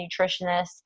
Nutritionist